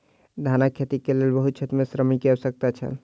धानक खेतीक लेल बहुत क्षेत्र में श्रमिक के आवश्यकता छल